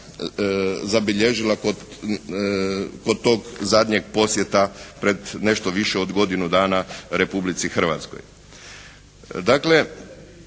zabilježila kod tog zadnjeg posjeta pred nešto više od godinu dana Republici Hrvatskoj.